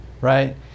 right